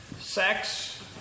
Sex